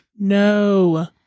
No